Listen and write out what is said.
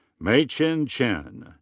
mei-chin chen.